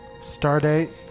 stardate